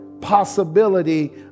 possibility